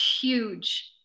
huge